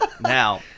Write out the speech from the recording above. Now